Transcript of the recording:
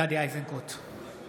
(קורא בשמות חברי הכנסת)